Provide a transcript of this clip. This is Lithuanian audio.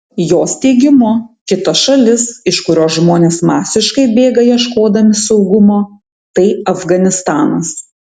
jos teigimu kita šalis iš kurios žmonės masiškai bėga ieškodami saugumo tai afganistanas